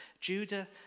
judah